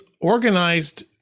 organized